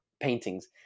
paintings